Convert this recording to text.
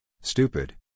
stupid